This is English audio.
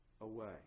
away